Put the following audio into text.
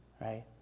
Right